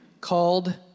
called